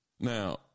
Now